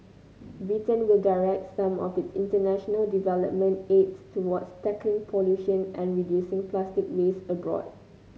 Britain will direct some of its international development aid towards tackling pollution and reducing plastic waste abroad